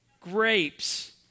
Grapes